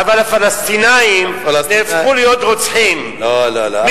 אבל הפלסטינים נהפכו להיות רוצחים, לא, לא, לא.